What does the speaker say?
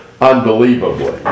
unbelievably